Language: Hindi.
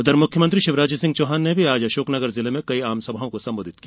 उघर मुख्यमंत्री शिवराज सिंह चौहान ने भी आज अशोकनगर जिले में कई आमसभाओं को संबोधित किया